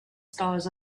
stars